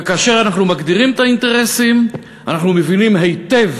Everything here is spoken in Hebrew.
וכאשר אנחנו מגדירים את האינטרסים אנחנו מבינים היטב